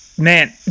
Man